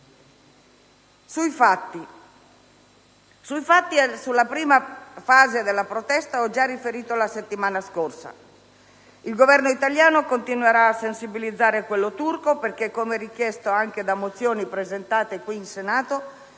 europeo. Sui fatti e sulla prima fase della protesta ho già riferito la settimana scorsa. Il Governo italiano continuerà a sensibilizzare quello turco perché, come richiesto anche da mozioni presentate qui in Senato,